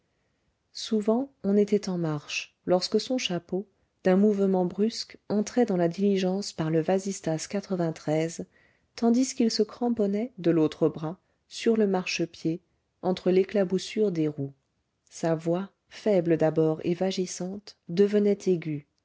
souvent on était en marche lorsque son chapeau d'un mouvement brusque entrait dans la diligence par le vasistas tandis qu'il se cramponnait de l'autre bras sur le marchepied entre l'éclaboussure des roues sa voix faible d'abord et vagissante devenait aiguë